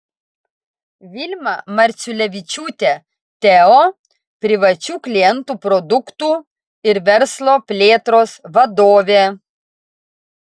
vilma marciulevičiūtė teo privačių klientų produktų ir verslo plėtros vadovė